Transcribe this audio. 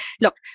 look